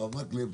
הרב מקלב,